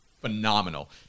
Phenomenal